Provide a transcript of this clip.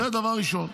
זה דבר ראשון.